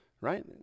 right